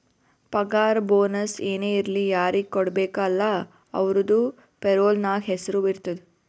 ಪಗಾರ ಬೋನಸ್ ಏನೇ ಇರ್ಲಿ ಯಾರಿಗ ಕೊಡ್ಬೇಕ ಅಲ್ಲಾ ಅವ್ರದು ಪೇರೋಲ್ ನಾಗ್ ಹೆಸುರ್ ಇರ್ತುದ್